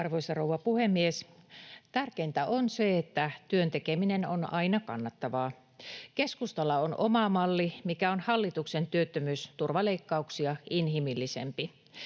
Arvoisa rouva puhemies! Tärkeintä on se, että työn tekeminen on aina kannattavaa. Keskustalla on oma malli, mikä on hallituksen työttömyysturvaleikkauksia inhimillisempi.